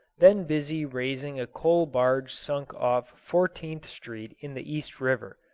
then busy raising a coal-barge sunk off fourteenth street in the east river.